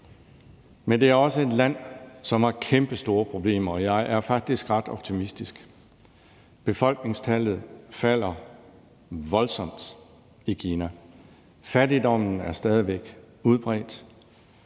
Men det er også et land, som har kæmpestore problemer, og jeg er faktisk ret optimistisk. Befolkningstallet falder voldsomt i Kina. Fattigdommen er stadig væk udbredt.